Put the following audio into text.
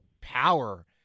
power